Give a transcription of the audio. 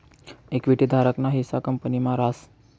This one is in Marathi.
इक्विटी धारक ना हिस्सा कंपनी मा रास